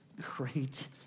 great